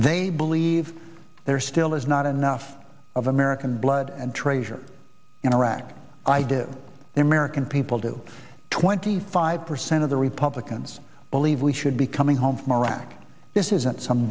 they believe there still is not enough of american blood and treasure in irak i do the american people do twenty five percent of the republicans believe we should be coming home from iraq this isn't some